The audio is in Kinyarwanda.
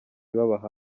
babaha